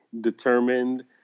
determined